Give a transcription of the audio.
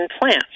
plants